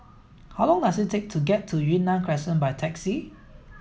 how long does it take to get to Yunnan Crescent by taxi